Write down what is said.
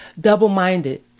double-minded